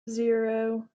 zero